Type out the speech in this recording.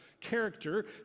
character